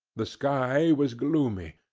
the sky was gloomy,